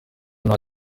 nta